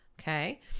Okay